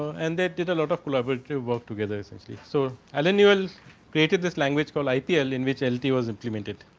and they did a lot of collaborative work together essential. so, allen newell created this language for like ipl, in which lt was implemented.